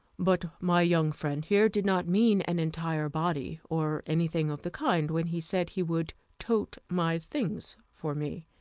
but my young friend here did not mean an entire body, or anything of the kind, when he said he would tote my things for me,